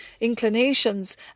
inclinations